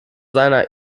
seiner